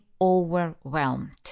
overwhelmed